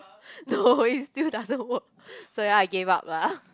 no it still doesn't work so I gave up lah